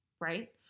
right